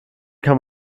kann